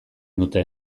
dute